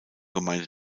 gemeinde